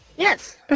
Yes